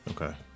Okay